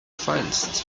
finest